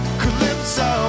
calypso